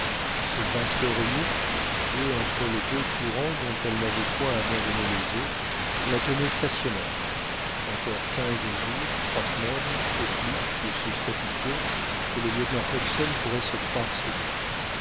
ce vaste remous situé entre les deux courants dont elle n'avait point abandonné les eaux la tenait stationnaire encore quinze jours trois semaines au plus de ce statu quo et le lieutenant hobson pourrait se croire sauvé